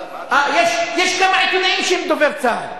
יש כמה עיתונאים שהם דובר צה"ל,